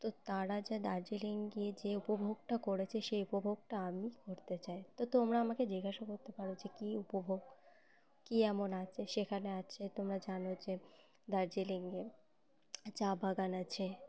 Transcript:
তো তারা যা দার্জিলিং গিয়ে যে উপভোগটা করেছে সেই উপভোগটা আমি করতে চাই তো তোমরা আমাকে জিজ্ঞাসা করতে পারো যে কী উপভোগ কী এমন আছে সেখানে আছে তোমরা জানো যে দার্জিলিংয়ে চা বাগান আছে